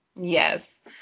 Yes